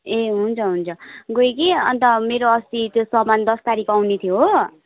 ए हुन्छ हुन्छ गएँ कि अन्त मेरो अस्ति त्यो सामान दस तारिक आउने थियो हो